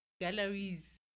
galleries